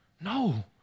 No